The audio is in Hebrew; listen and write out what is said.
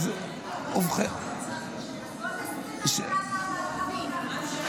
אז בוא תסביר לנו למה הדשדוש?